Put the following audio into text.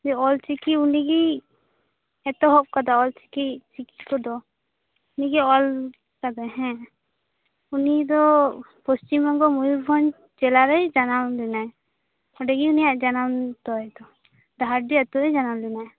ᱡᱮ ᱚᱞᱪᱤᱠᱤ ᱩᱱᱤᱜᱮ ᱮᱛᱚᱦᱚᱵ ᱟᱠᱟᱫᱟ ᱚᱞᱪᱤᱠᱤ ᱠᱚᱫᱚ ᱩᱱᱤᱜᱮ ᱚᱞᱠᱟᱫᱟᱭ ᱦᱮᱸ ᱩᱱᱤᱫᱚ ᱯᱚᱥᱪᱤᱢᱵᱚᱝᱜᱚ ᱢᱚᱭᱩᱨᱵᱷᱚᱸᱡᱽ ᱡᱮᱞᱟ ᱨᱮᱭ ᱡᱟᱱᱟᱢ ᱞᱮᱱᱟᱭ ᱚᱸᱰᱮᱜᱮ ᱩᱱᱤᱭᱟᱜ ᱡᱟᱱᱟᱢ ᱛᱟᱭᱫᱚ ᱰᱟᱦᱟᱨᱰᱤ ᱟ ᱛᱳᱨᱮ ᱡᱟᱱᱟᱢ ᱞᱮᱱᱟᱭ